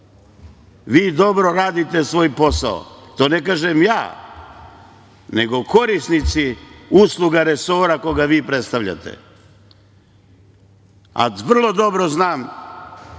Vi dobro radite svoj posao, to ne kažem ja, nego korisnici usluga resora, koga vi predstavljate, a vrlo dobro znam